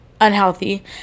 unhealthy